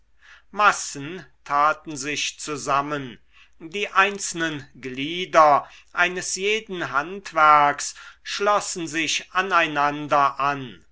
massen taten sich zusammen die einzelnen glieder eines jeden handwerks schlossen sich aneinander an